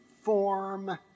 form